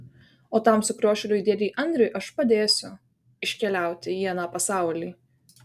o tam sukriošėliui dėdei andriui aš padėsiu iškeliauti į aną pasaulį